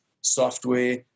Software